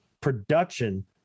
production